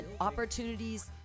opportunities